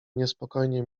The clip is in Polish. niespokojnie